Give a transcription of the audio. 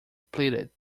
pleaded